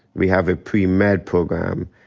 we have a premed program,